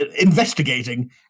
investigating